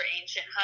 ancient